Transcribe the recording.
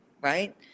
right